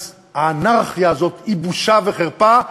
אז האנרכיה הזאת היא בושה וחרפה,